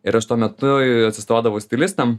ir aš tuo metu atsistodavau stilistam